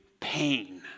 pain